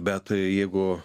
bet jeigu